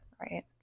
Right